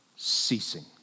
Ceasing